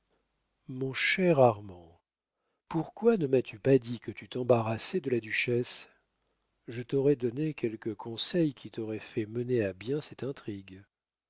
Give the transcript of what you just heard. mon cher armand pourquoi ne m'as-tu pas dit que tu t'embarrassais de la duchesse je t'aurais donné quelques conseils qui t'auraient fait mener à bien cette intrigue